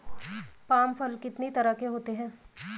Palm फल कितनी तरह के होते हैं?